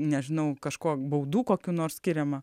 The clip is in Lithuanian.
nežinau kažko baudų kokių nors skiriama